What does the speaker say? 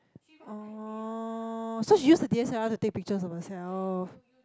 oh so she use the D_S_L_R to take pictures of herself